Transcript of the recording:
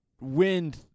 Wind